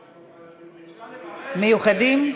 מיוחדים?